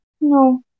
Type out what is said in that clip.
no